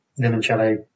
Limoncello